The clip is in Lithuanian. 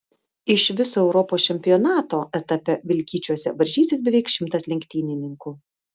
iš viso europos čempionato etape vilkyčiuose varžysis beveik šimtas lenktynininkų